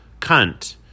cunt